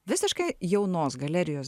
visiškai jaunos galerijos